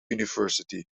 university